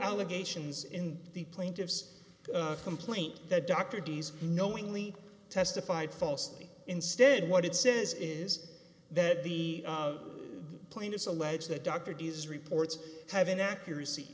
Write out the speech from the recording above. allegations in the plaintiff's complaint that dr d's knowingly testified falsely instead what it says is that the plaintiffs allege the doctor does reports have an accurac